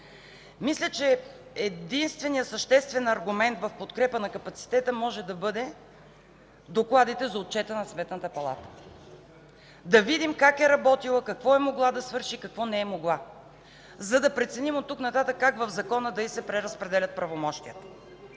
Мисля, че единственият съществен аргумент в подкрепа на капацитета могат да бъдат отчетните доклади на Сметната палата. Да видим как е работила, какво е могла да свърши и какво не е могла, за да преценим оттук нататък как да й се преразпределят правомощията